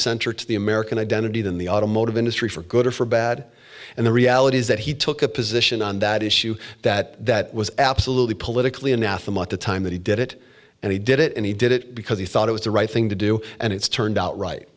center to the american identity than the automotive industry for good or for bad and the reality is that he took a position on that issue that that was absolutely politically anathema at the time that he did it and he did it and he did it because he thought it was the right thing to do and it's turned out right